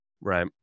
Right